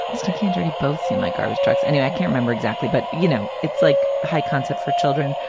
stinky and dirty both seem like garbage trucks. anyway i can't remember exactly but you know it's like high concept for children.